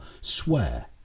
swear